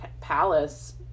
palace